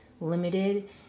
limited